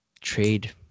trade